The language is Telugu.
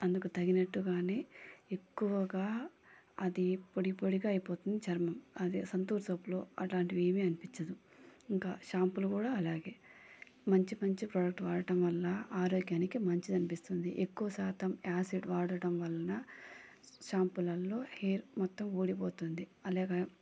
అందుకు తగినట్టుగా ఎక్కువగా అది పొడిపొడిగా అయిపోతుంది చర్మం అదే సంతూర్ సబ్బులో అట్లాంటివి ఏమీ అనిపించదు ఇంకా షాంపులు కూడా అలాగే మంచి మంచి ప్రోడక్ట్ వాడడం వల్ల ఆరోగ్యానికి మంచిది అనిపిస్తుంది ఎక్కువ శాతం ఆసిడ్ వాడటం వలన షాంపులలో హెయిర్ మొత్తం ఊడిపోతుంది అలాగే